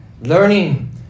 Learning